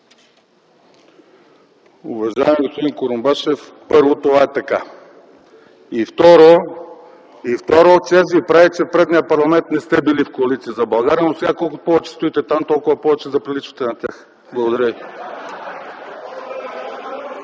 Уважаеми господин Курумбашев, първо, това е така. И второ, чест Ви прави, че в предния парламент на сте били в Коалиция за България, но сега колкото повече стоите там, толкова повече заприличвате на тях. Благодаря